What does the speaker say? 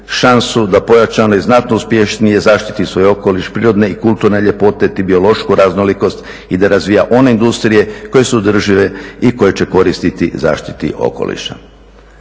šansu da pojačano i znatno uspješnije zaštiti svoj okoliš, prirodne i kulturne ljepote te biološku raznolikost i da razvija one industrije koje su održive i koje će koristiti zaštiti okoliša.